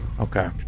Okay